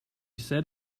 set